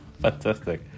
Fantastic